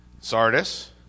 Sardis